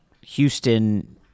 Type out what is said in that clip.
Houston